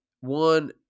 one